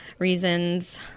reasons